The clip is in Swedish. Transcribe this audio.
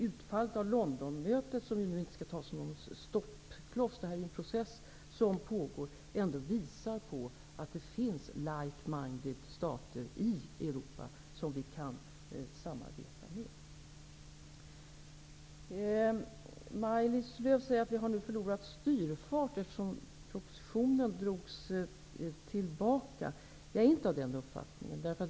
Utfallet av Londonmötet -- som inte skall ses som en stoppkloss, då det här är en process som pågår -- visar att det finns ''likeminded'' stater i Europa som vi kan samarbeta med. Maj-Lis Lööw säger att vi har förlorat styrfart, eftersom propositionen drogs tillbaka. Jag har inte den uppfattningen.